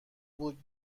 بود